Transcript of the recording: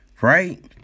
right